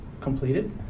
completed